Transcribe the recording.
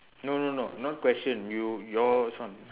no no no not question you your this one